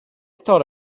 thought